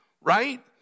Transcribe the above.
right